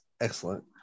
Excellent